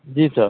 जी sir